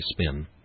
spin